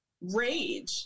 rage